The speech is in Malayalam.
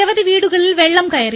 നിരവധി വീടുകളിൽ വെള്ളം കയറി